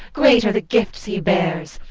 great are the gifts he bears!